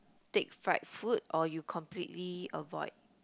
take fried food or you completely avoid